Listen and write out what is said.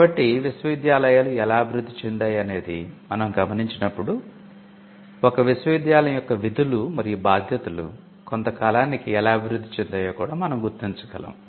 కాబట్టి విశ్వవిద్యాలయాలు ఎలా అభివృద్ధి చెందాయి అనేది మనం గమనించినప్పుడు ఒక విశ్వవిద్యాలయం యొక్క విధులు మరియు బాధ్యతలు కొంత కాలానికి ఎలా అభివృద్ధి చెందాయో కూడా మనం గుర్తించగలము